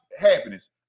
happiness